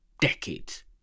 decades